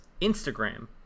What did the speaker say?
Instagram